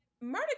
murder